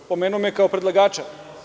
Pomenuo me je kao predlagača.